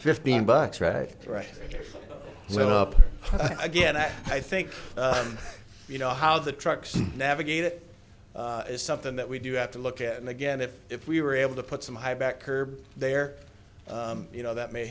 fifteen bucks right right well up again at i think you know how the trucks navigate it is something that we do have to look at and again if if we were able to put some high back curb there you know that may